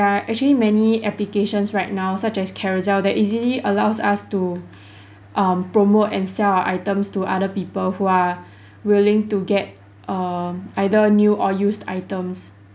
are actually many applications right now such as Carousell that easily allows us to um promote and sell our items to other people who are willing to get err either new or used items